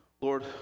Lord